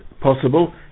possible